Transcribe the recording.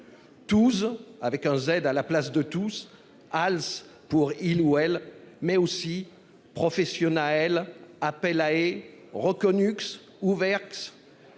Toulouse avec un Z à la place de tous. Als pour il ou elle mais aussi professionnels appel à été reconnu que